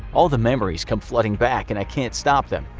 all the memories come flooding back, and i can't stop them.